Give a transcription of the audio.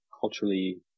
culturally